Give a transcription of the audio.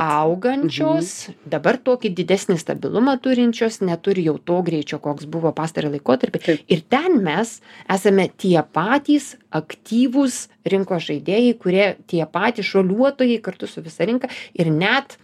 augančios dabar tokį didesnį stabilumą turinčios neturi jau to greičio koks buvo pastarą laikotarpį ir ten mes esame tie patys aktyvūs rinkos žaidėjai kurie tie patys šuoliuotojai kartu su visa rinka ir net